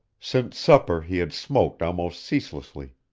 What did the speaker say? since supper he had smoked almost ceaselessly.